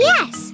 Yes